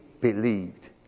believed